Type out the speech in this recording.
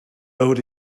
owed